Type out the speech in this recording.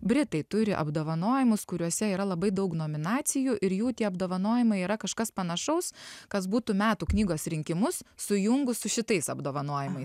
britai turi apdovanojimus kuriuose yra labai daug nominacijų ir jų tie apdovanojimai yra kažkas panašaus kas būtų metų knygos rinkimus sujungus su šitais apdovanojimais